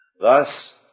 Thus